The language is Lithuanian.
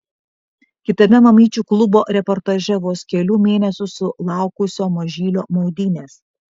kitame mamyčių klubo reportaže vos kelių mėnesių sulaukusio mažylio maudynės